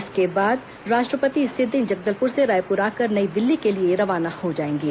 इसके बाद राष्ट्रपति इसी दिन जगदलपुर से रायपुर आकर नई दिल्ली के लिए रवाना हो जाएंगे